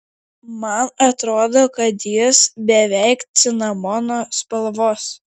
man atrodo kad jis beveik cinamono spalvos